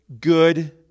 good